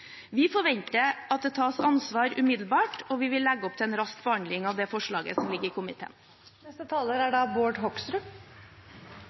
Vi forventer at det tas ansvar umiddelbart, og vi vil legge opp til en rask behandling av det forslaget som ligger i komiteen. Luftambulansetransport er